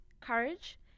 courage